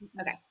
Okay